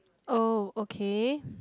oh okay